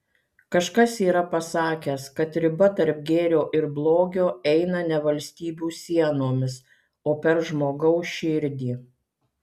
kažkas yra pasakęs kad riba tarp gėrio ir blogio eina ne valstybių sienomis o per žmogaus širdį